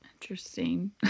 Interesting